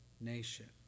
nation